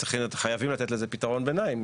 חייבים לתת לזה פתרון ביניים.